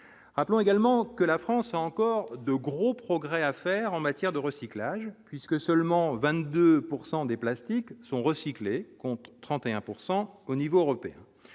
rappelons également que la France a encore de gros progrès à faire en matière de recyclage, puisque seulement 22 pourcent des plastiques sont recyclés, contre 31 pourcent au niveau européen,